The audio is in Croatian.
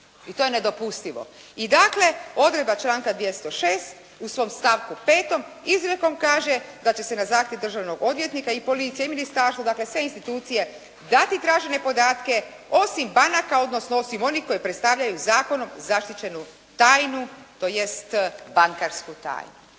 i to je nedopustivo. I dakle odredba članka 206. u svom stavku 5. izrijekom kaže da će se na zahtjev državnog odvjetnika i policije i ministarstva, dakle se institucije dati tražene podataka osim banaka, odnosno osim onih koji predstavljaju zakonom zaštićenu tajnu, tj. bankarsku tajnu.